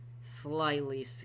slightly